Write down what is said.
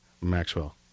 Maxwell